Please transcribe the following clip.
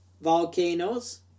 volcanoes